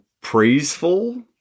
praiseful